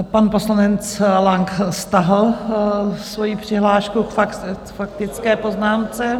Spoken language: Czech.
Pan poslanec Lang stáhl svoji přihlášku k faktické poznámce.